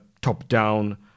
top-down